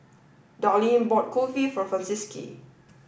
Darleen bought Kulfi for Francisqui